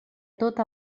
tot